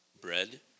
bread